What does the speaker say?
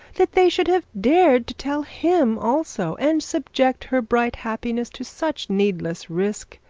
that they should have dared to tell him, also, and subject her bright happiness to such a needless risk!